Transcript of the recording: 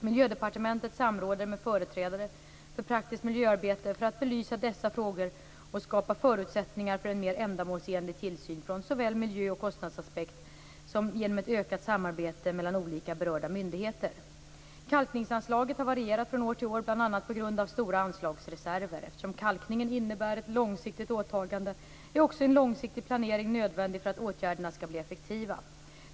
Miljödepartementet samråder med företrädare för praktiskt miljöarbete för att belysa dessa frågor och skapa förutsättningar för en mer ändamålsenlig tillsyn från såväl miljö som kostnadsaspekt bl.a. genom ett ökat samarbete mellan olika berörda myndigheter. Kalkningsanslaget har varierat från år till år bl.a. på grund av stora anslagsreserver. Eftersom kalkningen innebär ett långsiktigt åtagande är också en långsiktig planering nödvändig för att åtgärderna skall bli effektiva.